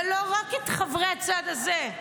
ולא רק את חברי הצד הזה,